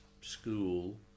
school